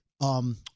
um-